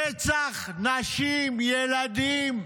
רצח נשים, ילדים,